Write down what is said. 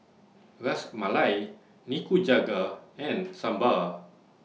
Ras Malai Nikujaga and Sambar